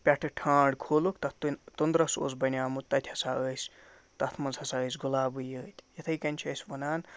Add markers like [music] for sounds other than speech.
پٮ۪ٹھٕ ٹھانٛڈ کھوٗلُک تَتھ [unintelligible] توٚنٛدرَس اوس بنیومُت تَتہِ ہسا ٲسۍ تَتھ منٛز ہسا ٲسۍ گُلابٕے یٲتۍ یِتھَے کٔنۍ چھِ أسۍ وَنان